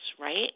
right